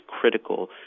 critical